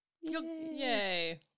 Yay